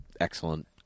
excellent